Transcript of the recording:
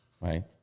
right